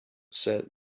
said